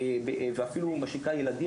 ואפילו ילדים,